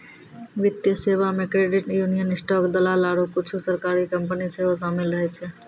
वित्तीय सेबा मे क्रेडिट यूनियन, स्टॉक दलाल आरु कुछु सरकारी कंपनी सेहो शामिल रहै छै